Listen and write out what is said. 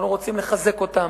אנחנו רוצים לחזק אותם,